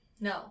No